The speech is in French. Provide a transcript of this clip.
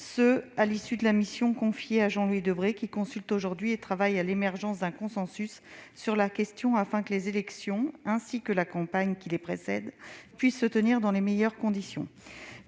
2021, à l'issue de la mission confiée à Jean-Louis Debré, qui consulte aujourd'hui et travaille à l'émergence d'un consensus sur la question afin que les élections, ainsi que la campagne qui les précède, puissent se tenir dans les meilleures conditions.